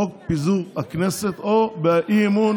חוק פיזור הכנסת או אי-אמון